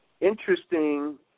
interesting